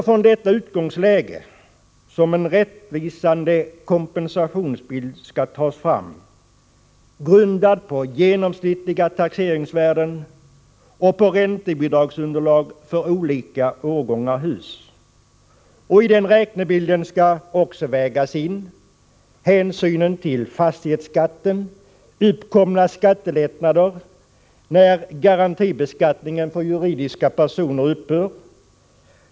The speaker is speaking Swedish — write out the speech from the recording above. Från detta utgångsläge skall alltså en rättvisande kompensationsbild tas fram, grundad på genomsnittliga taxeringsvärden och på räntebidragsunderlag för olika årgångar hus. I den räknebilden skall också vägas in hänsynen till fastighetsskatten och uppkomna skattelättnader, när garantibeskattningen för juridiska personer upphör.